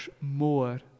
more